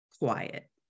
quiet